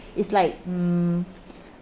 it's like mm